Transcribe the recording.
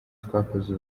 twakoze